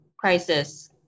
crisis